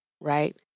right